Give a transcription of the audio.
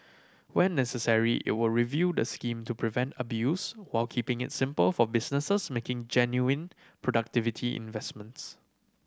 where necessary it will review the scheme to prevent abuse while keeping it simple for businesses making genuine productivity investments